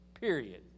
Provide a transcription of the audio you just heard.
period